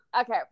Okay